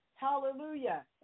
Hallelujah